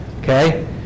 Okay